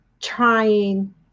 trying